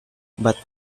but